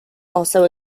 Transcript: also